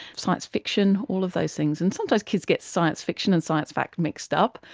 science fiction, all of those things, and sometimes kids get science fiction and science fact mixed up.